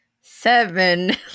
seven